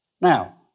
Now